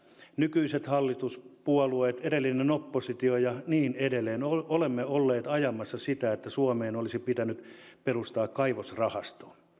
nykyiset hallituspuolueet edellinen oppositio ja niin edelleen olemme olleet ajamassa sitä että suomeen olisi pitänyt perustaa kaivosrahasto